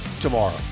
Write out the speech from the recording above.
tomorrow